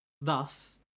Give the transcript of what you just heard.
thus